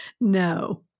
no